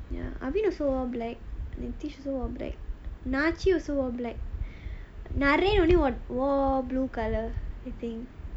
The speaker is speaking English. nadine also black nachi also wore black naryn only wore blue colour